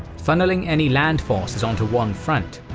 funnelling any land forces on to one front,